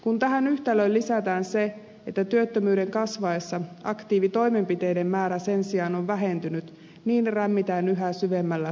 kun tähän yhtälöön lisätään se että työttömyyden kasvaessa aktiivitoimenpiteiden määrä sen sijaan on vähentynyt niin rämmitään yhä syvemmällä suossa